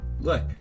Look